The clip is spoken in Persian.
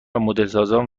مدلسازان